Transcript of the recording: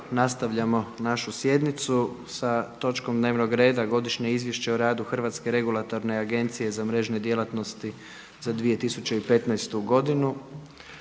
na glasovanje sljedeći zaključak: Prihvaća se Godišnje izvješće o radu Hrvatske regulatorne agencije za mrežne djelatnosti za 2015. godinu.